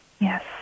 Yes